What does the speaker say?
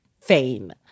fame